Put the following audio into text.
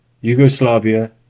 Yugoslavia